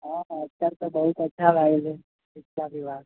हँ हँ सब कए बहुत अच्छा रहलय अजुका विवाद